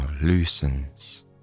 loosens